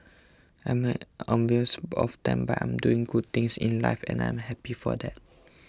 I'm envious of them but I'm doing good things in life and I am happy for that